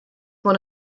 one